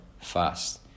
fast